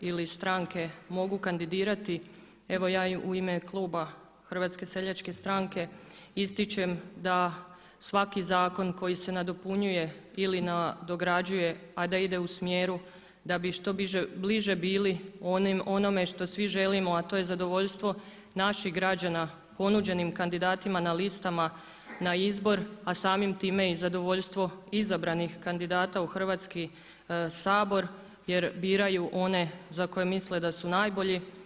ili stranke mogu kandidirati evo ja u ime kluba HSS-a ističem da svaki zakon koji se nadopunjuje ili nadograđuje, a da ide u smjeru da bi što bliže bili onome što svi želimo, a to je zadovoljstvo naših građana ponuđenim kandidatima na listama na izbor, a samim time i zadovoljstvo izabranih kandidata u Hrvatski sabor jer biraju one za koje misle da su najbolji.